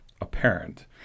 apparent